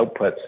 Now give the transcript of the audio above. outputs